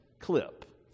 clip